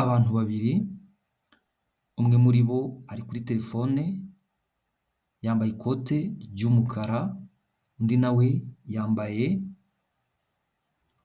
Abantu babiri umwe muri bo ari kuri telefone yambaye ikote ry'umukara, undi na we yambaye